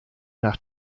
nach